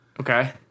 Okay